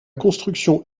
construction